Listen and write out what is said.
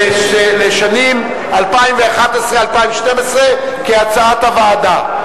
לשנים 2011 2012, כהצעת הוועדה.